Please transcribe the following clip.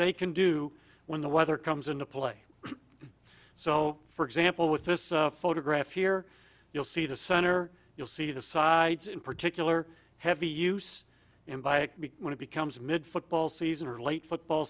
they can do when the weather comes into play so for example with this photograph here you'll see the center you'll see the sides in particular heavy use and by when it becomes mid football season or late football